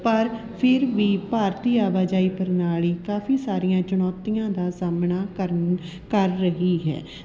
ਪਰ ਫਿਰ ਵੀ ਭਾਰਤੀ ਆਵਾਜਾਈ ਪ੍ਰਣਾਲੀ ਕਾਫ਼ੀ ਸਾਰੀਆਂ ਚੁਣੌਤੀਆਂ ਦਾ ਸਾਹਮਣਾ ਕਰਨ ਕਰ ਰਹੀ ਹੈ